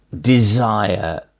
desire